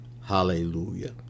Hallelujah